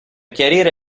chiarire